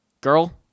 Girl